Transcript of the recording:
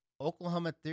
Oklahoma